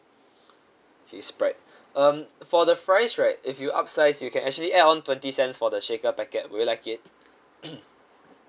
okay sprite um for the fries right if you upsize you can actually add on twenty cents for the shaker packet would you like it